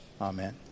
Amen